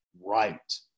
right